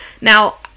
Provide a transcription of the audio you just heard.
Now